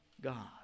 God